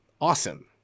awesome